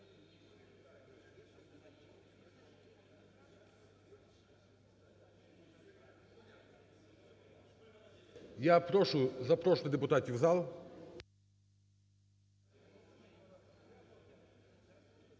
Я прошу запрошувати депутатів в зал.